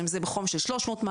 או אם זה בחום של 300 מעלות,